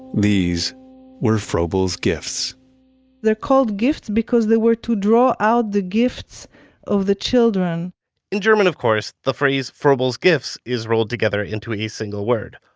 these were froebel's gifts they're called gifts because they were to draw out the gifts of the children in german, of course, the phrase froebel's gifts is rolled together into a single word,